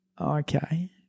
Okay